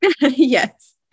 Yes